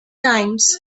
times